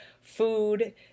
food